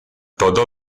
todo